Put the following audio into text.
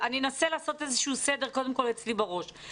אני אנסה לעשות איזשהו סדר קודם כל אצלי בראש.